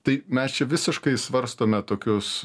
tai mes čia visiškai svarstome tokius